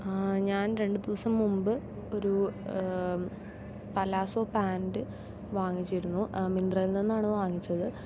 ഞാൻ രണ്ട് ദിവസം മുൻപ് ഒരു പല്ലാസോ പാന്റ വാങ്ങിച്ചിരുന്നു മിന്ത്രയിൽ നിന്നാണ് വാങ്ങിച്ചത്